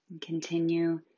Continue